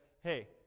Hey